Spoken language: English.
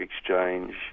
exchange